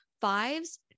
fives